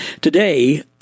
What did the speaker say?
Today